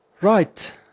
Right